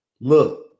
Look